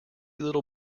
little